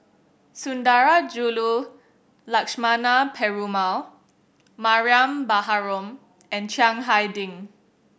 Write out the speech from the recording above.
Sundarajulu Lakshmana Perumal Mariam Baharom and Chiang Hai Ding